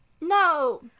No